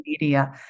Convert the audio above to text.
media